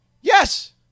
yes